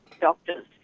doctors